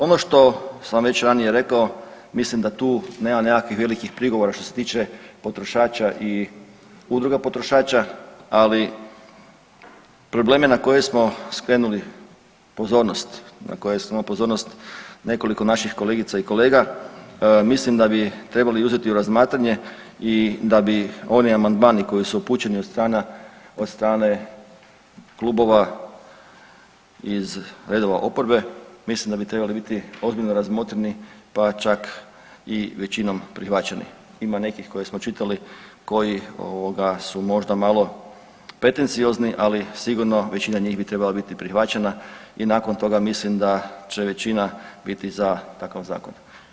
Ono što sam već ranije rekao, mislim da tu nema nekakvih velikih prigovora što se tiče potrošača i udruga potrošača, ali probleme na koje smo skrenuli pozornost, na koje smo pozornost nekoliko naših kolegica i kolega, mislim da bi trebali uzeti u razmatranje i da bi oni amandmani koji su upućeni od strane klubova iz redova oporbe, mislim da bi trebali biti ozbiljno razmotreni, pa čak i većinom prihvaćeni, ima nekih koje smo čitali koji su možda malo pretenciozni, ali sigurno većina njih bi trebala biti prihvaćena i nakon toga mislim da će većina biti za takav zakon.